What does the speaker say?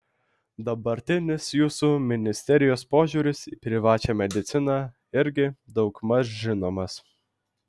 dabartinis jūsų ministerijos požiūris į privačią mediciną irgi daugmaž žinomas